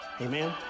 Amen